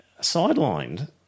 sidelined